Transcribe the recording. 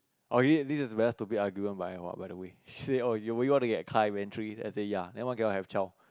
okay this is very stupid argument by AiHua by the way she said oh do you want to get car eventually I say ya then why cannot have child